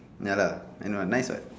ya lah and [what] nice [what]